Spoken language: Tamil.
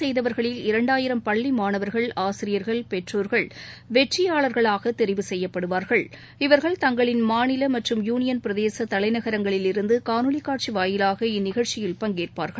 செய்தவர்களில் இரண்டாயிரம் பள்ளி மாணவர்கள் பதிவு ஆசிரியர்கள் பெற்றோர்கள் வெற்றியாளர்களாக தெரிவு செய்யப்படுவார்கள் இவர்கள் தங்களின் மாநில மற்றும் யுனியன் பிரதேச தலைநகரங்களிலிருந்து காணொலி காட்சி வாயிலாக இந்நிகழ்ச்சியில் பங்கேற்பார்கள்